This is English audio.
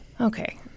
Okay